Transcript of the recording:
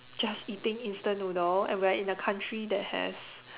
just eating instant noodle and we're in the country that has